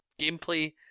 gameplay